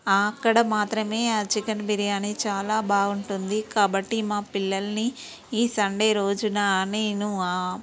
అక్కడ మాత్రమే చికెన్ బిర్యానీ చాలా బాగుంటుంది కాబట్టి మా పిల్లల్ని ఈ సండే రోజున నేను